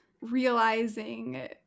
realizing